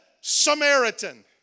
Samaritan